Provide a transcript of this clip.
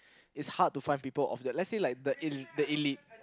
it's hard to find people of the let's say like the el~ the elite